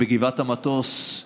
בגבעת המטוס,